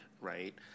right